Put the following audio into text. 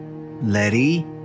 Letty